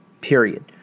Period